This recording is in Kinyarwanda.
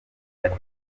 ati